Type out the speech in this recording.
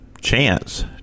chance